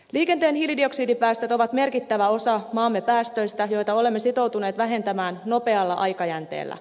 liikenteen hiilidioksidipäästöt ovat merkittävä osa maamme päästöistä joita olemme sitoutuneet vähentämään nopealla aikajänteellä